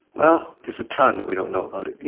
well, there's a ton that we don't know about it. you